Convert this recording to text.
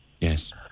Yes